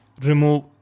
remove